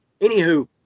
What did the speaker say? anywho